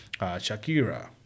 Shakira